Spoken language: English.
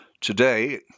today